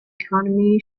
economy